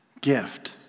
Gift